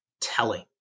telling